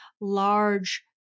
large